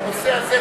בנושא הזה,